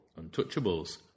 untouchables